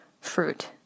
fruit